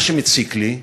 מה שמציק לי,